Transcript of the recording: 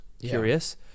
Curious